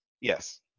Yes